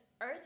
Earth